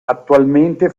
attualmente